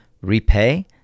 repay